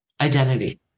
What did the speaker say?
identity